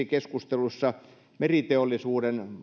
keskustelussa mainittiin meriteollisuuden